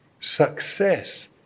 success